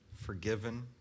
Forgiven